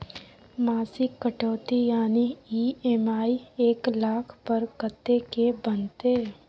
मासिक कटौती यानी ई.एम.आई एक लाख पर कत्ते के बनते?